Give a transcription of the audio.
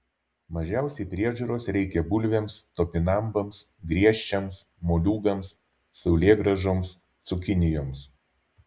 mažiausiai priežiūros reikia bulvėms topinambams griežčiams moliūgams saulėgrąžoms cukinijoms